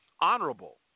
honorable